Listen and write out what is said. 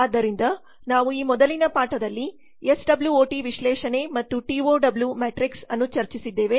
ಆದ್ದರಿಂದ ನಾವು ಈ ಮೊದಲಿನ ಪಾಠದಲ್ಲಿ ಎಸ್ ಡಬ್ಲ್ಯೂ ಒ ಟಿ ವಿಶ್ಲೇಷಣೆ ಮತ್ತು ಟಿ ಒ ಡಬ್ಲ್ಯೂಮ್ಯಾಟ್ರಿಕ್ಸ್ ಅನ್ನು ಚರ್ಚಿಸಿದ್ದೇವೆ